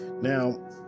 Now